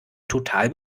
total